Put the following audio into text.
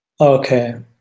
Okay